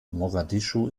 mogadischu